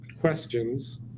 questions